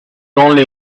only